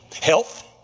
Health